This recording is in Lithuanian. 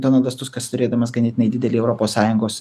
donaldas tuskas turėdamas ganėtinai didelį europos sąjungos